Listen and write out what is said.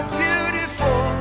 beautiful